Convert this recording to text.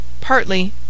partly